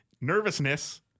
nervousness